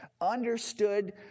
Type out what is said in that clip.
understood